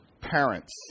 parents